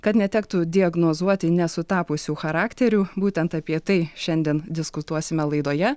kad netektų diagnozuoti nesutapusių charakterių būtent apie tai šiandien diskutuosime laidoje